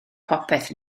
popeth